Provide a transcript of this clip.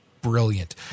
brilliant